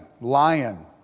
Lion